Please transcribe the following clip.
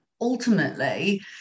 ultimately